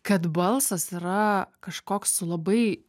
kad balsas yra kažkoks labai